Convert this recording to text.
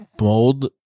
mold